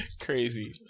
crazy